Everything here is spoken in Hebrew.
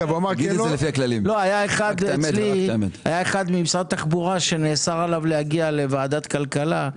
היה אחד ממשרד התחבורה שנאסר עליו להגיע לוועדת הכלכלה.